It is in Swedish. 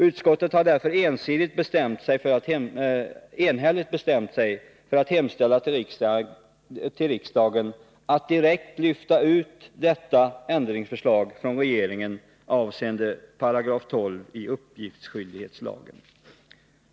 Utskottet har därför enhälligt bestämt sig för att hemställa att riksdagen direkt lyfter ut detta ändringsförslag från regeringen avseende 12 § i uppgiftsskyldighetslagen.